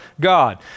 God